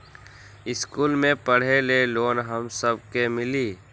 इश्कुल मे पढे ले लोन हम सब के मिली?